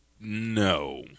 No